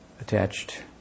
attached